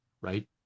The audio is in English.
right